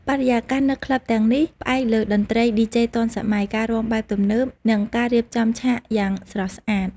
បរិយាកាសនៅក្លឹបទាំងនេះ ផ្អែកលើតន្ត្រីឌីជេទាន់សម័យ, ការរាំបែបទំនើប, និង ការរៀបចំឆាកយ៉ាងស្រស់ស្អាត។